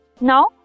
Now